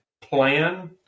plan